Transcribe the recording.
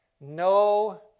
no